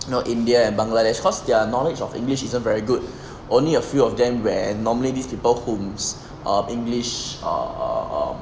you know India and Bangladesh cause their knowledge of english isn't very good only a few of them where normally these people whose err english err